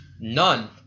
none